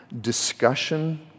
discussion